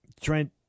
Trent